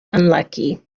unlucky